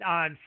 on